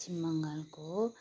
पश्चिम बङ्गालको